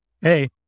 Hey